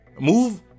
Move